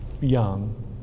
young